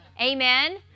Amen